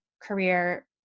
career